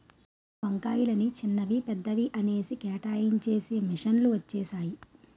వంకాయలని చిన్నవి పెద్దవి అనేసి కేటాయించేసి మిషన్ లు వచ్చేసాయి